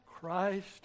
Christ